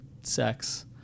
sex